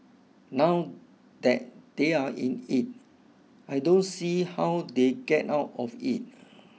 now that they're in it I don't see how they get out of it